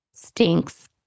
stinks